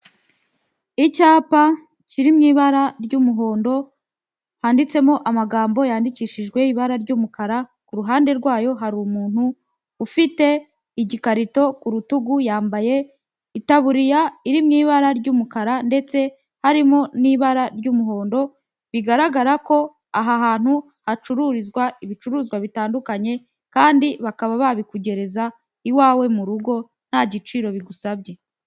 Icyapa kiri mu ibara ry'umuhondo, handitsemo amagambo yandikishijwe ibara ry'umukara, ku ruhande rwayo hari umuntu ufite igikarito ku rutugu, yambaye itaburiya iri mu ibara ry'umukara ndetse harimo n'ibara ry'umuhondo, bigaragara ko aha hantu hacururizwa ibicuruzwa bitandukanye kandi bakaba babikugereza iwawe mu rugo nta giciro bigusabye.